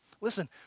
Listen